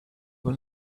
will